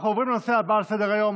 אנחנו עוברים לנושא הבא שעל סדר-היום,